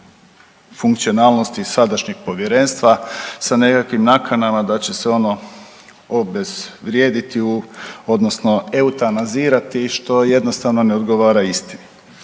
funkcionalnosti sadašnjeg Povjerenstva sa nekakvim nakanama da će se ono obezvrijediti odnosno eutanazirati što jednostavno ne odgovara istini.